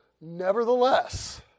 nevertheless